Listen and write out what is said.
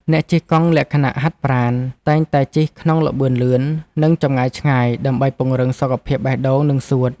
អ្នកជិះកង់លក្ខណៈហាត់ប្រាណ តែងតែជិះក្នុងល្បឿនលឿន និងចម្ងាយឆ្ងាយដើម្បីពង្រឹងសុខភាពបេះដូង និងសួត។